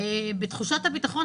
בתחושת הביטחון,